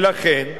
לכן,